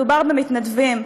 מדובר במתנדבים.